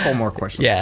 and more questions yeah